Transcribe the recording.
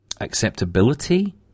acceptability